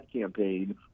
campaign